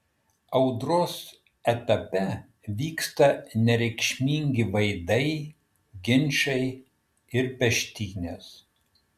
audros etape vyksta nereikšmingi vaidai ginčai ir peštynės